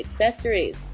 accessories